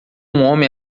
homem